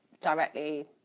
directly